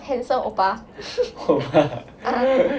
handsome oppa ah